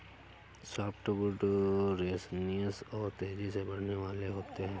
softwood resinous और तेजी से बढ़ने वाले होते हैं